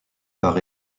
par